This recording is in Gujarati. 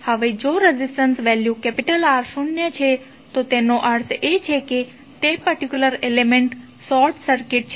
હવે જો રેઝિસ્ટન્સ વેલ્યુ R શૂન્ય છે તો તેનો અર્થ એ કે તે પર્ટિક્યુલર એલિમેન્ટ્ શોર્ટ સર્કિટ છે